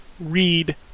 read